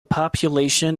population